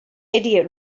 idiot